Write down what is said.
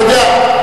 אתה יודע,